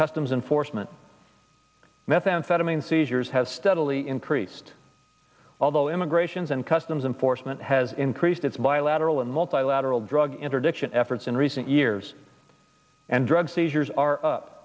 customs enforcement methamphetamine seizures has steadily increased although immigrations and customs enforcement has increased its bilateral and multilateral drug interdiction efforts in recent years and drug seizures are up